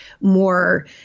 more